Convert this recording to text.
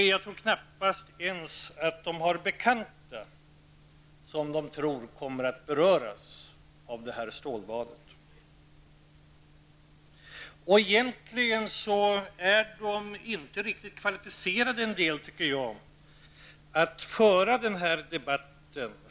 Jag tror knappast ens att de har bekanta som de tror kommer att beröras av det här stålbadet. Egentligen tycker jag att en del av dem inte är riktigt kvalificerade att föra den här debatten.